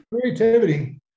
Creativity